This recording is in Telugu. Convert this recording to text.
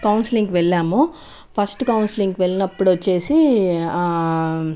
కౌన్సిలింగ్ వెళ్ళాము ఫస్ట్ కౌన్సిలింగ్ వెళ్ళినప్పుడు వచ్చేసి